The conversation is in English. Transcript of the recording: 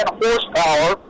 horsepower